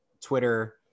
twitter